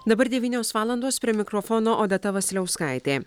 dabar devynios valandos prie mikrofono odeta vasiliauskaitė